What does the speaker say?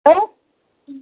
hello